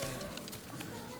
בבקשה.